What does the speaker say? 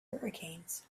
hurricanes